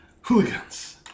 Hooligans